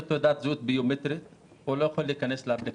תעודת זהות ביומטרית הוא לא יכול להיכנס לאפליקציה,